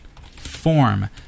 Form